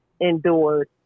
endured